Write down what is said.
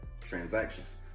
transactions